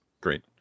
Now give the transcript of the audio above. Great